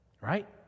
Right